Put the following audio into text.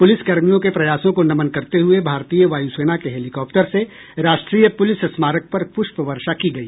police कर्मियों के प्रयासों को नमन करते हुए भारतीय वायुसेना के हेलीकॉप्टर से राष्ट्रीय पुलिस स्मारक पर पुष्प वर्षा की गई